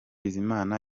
bizimana